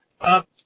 up